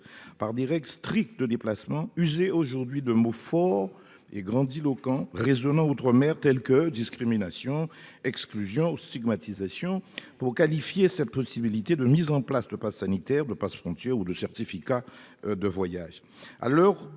par des règles strictes de déplacement user aujourd'hui de mots forts et grandiloquents, dont l'écho est grand outre-mer- « discrimination »,« exclusion »,« stigmatisation »-, pour qualifier cette possibilité de mise en place d'un passe sanitaire, passe frontières ou certificat de voyage.